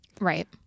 right